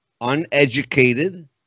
uneducated